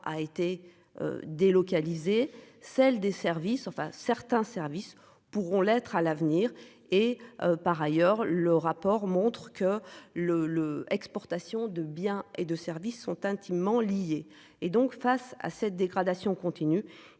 a été. Délocalisée celle des services, enfin certains services pourront l'être à l'avenir et par ailleurs, le rapport montre que le le exportation de biens et de services sont intimement liés et donc face à cette dégradation continue.